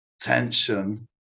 tension